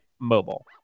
Mobile